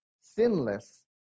sinless